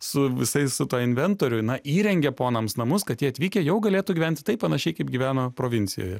su visais su ta inventoriu na įrengė ponams namus kad jie atvykę jau galėtų gyventi taip panašiai kaip gyveno provincijoje